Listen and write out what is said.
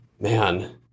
Man